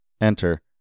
enter